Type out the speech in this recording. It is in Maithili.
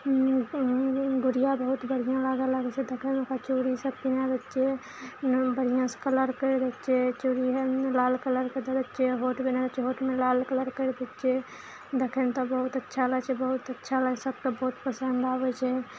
गुड़िया बहुत बढ़िआँ लागल लागय देखयमे ओकरा चूड़ी सब पीन्हा दै छियै बढ़िआँसँ कलर करिके चूड़ी रङ्गमे लाल कलरके दएके होठ बनाबय छियै होठमे लाल कलर करि दै छियै देखयमे तऽ बहुत अच्छा लागय छै बहुत अच्छा लागय छै सबके बहुत पसन्द आबय छै